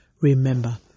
Remember